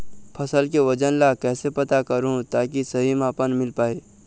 फसल के वजन ला कैसे पता करहूं ताकि सही मापन मील पाए?